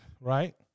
right